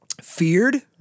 feared